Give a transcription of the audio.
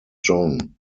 john